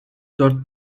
dört